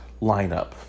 lineup